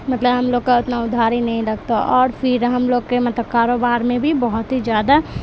مطلب ہم لوگ کا اتنا ادھاری نہیں لگتا اور پھر ہم لوگ کے مطلب کاروبار میں بھی بہت ہی زیادہ